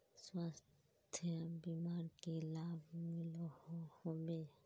स्वास्थ्य बीमार की की लाभ मिलोहो होबे?